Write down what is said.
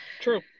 True